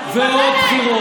לא מעניין"?